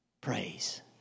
praise